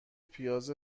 پیاز